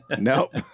Nope